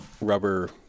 Rubber